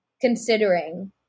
considering